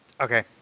okay